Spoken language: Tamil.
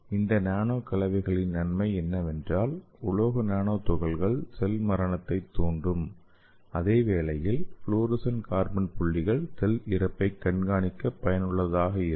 இந்த நானோ கலவைகளின் நன்மை என்னவென்றால் உலோக நானோ துகள்கள் செல் மரணத்தைத் தூண்டும் அதே வேளையில் ஃப்ளோரசன்ட் கார்பன் புள்ளிகள் செல் இறப்பைக் கண்காணிக்க பயனுள்ளதாக இருக்கும்